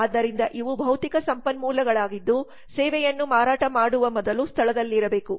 ಆದ್ದರಿಂದ ಇವು ಭೌತಿಕ ಸಂಪನ್ಮೂಲಗಳಾಗಿದ್ದು ಸೇವೆಯನ್ನು ಮಾರಾಟ ಮಾಡುವ ಮೊದಲು ಸ್ಥಳದಲ್ಲಿರಬೇಕು